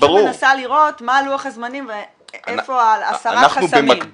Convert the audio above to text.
אני פשוט מנסה לראות מה לוח הזמנים ואיפה הסרת החסמים.